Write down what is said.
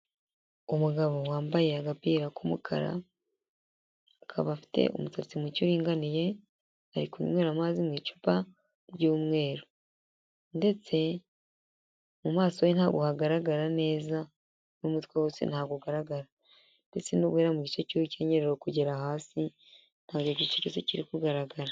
Umugabo wambaye agapira k'umukara, akaba afite umusatsi muke uringaniye, ari kunywera amazi mu icupa ry'umweru ndetse mu maso he ntabwo hagaragara neza n'umutwe wose ntabwo ugaragara ndetse no guhera mu gice cy'urukenyerero kugera hasi ntabwo igice cyose kiri kugaragara.